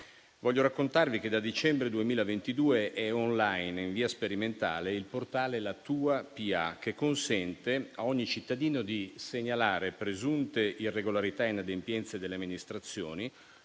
voglio raccontarvi che da dicembre 2022 è *online*, in via sperimentale, il portale «LaTuaPA», che consente a ogni cittadino di segnalare presunte irregolarità e inadempienze delle amministrazioni,